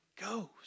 goes